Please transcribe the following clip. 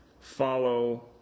follow